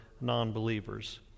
non-believers